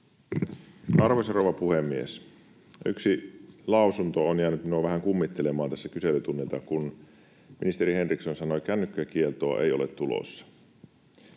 Arvoisa rouva puhemies! Yksi lausunto on jäänyt minua vähän kummittelemaan kyselytunnilta, kun ministeri Henriksson sanoi: kännykkäkieltoa ei ole tulossa.